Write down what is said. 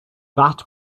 that